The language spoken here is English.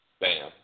Bam